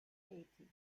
tätig